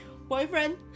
Boyfriend